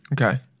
Okay